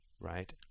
right